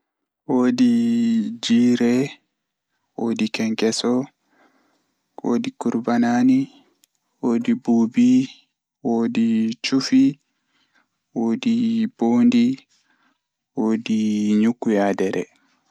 Woodi jiire, woodi kenkeso, woodi kurbanaani, woodi buubi, woodi chufi, woodi bondi, woodi nyukuyaadere.